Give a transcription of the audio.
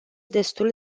destul